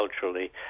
culturally